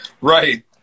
Right